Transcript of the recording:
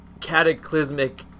cataclysmic